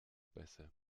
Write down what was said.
bässe